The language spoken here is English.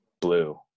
blue